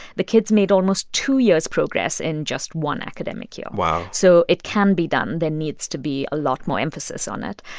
the kids made almost two years' progress in just one academic year wow so it can be done. there needs to be a lot more emphasis on it.